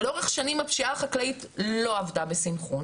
ולאורך שנים הפשיעה החקלאית לא עבדה בסנכרון,